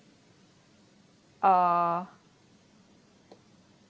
uh